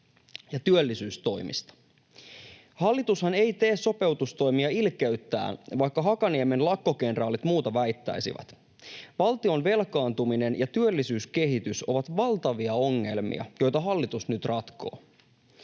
ja työllisyystoimista. Hallitushan ei tee sopeutustoimia ilkeyttään, vaikka Hakaniemen lakkokenraalit muuta väittäisivät. Valtion velkaantuminen ja työllisyyskehitys ovat valtavia ongelmia, joita hallitus nyt ratkoo.